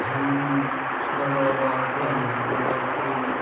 ہلدی وغیرہ ڈالتے ہیں اور پھر